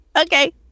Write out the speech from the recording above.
Okay